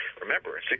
remember